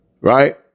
right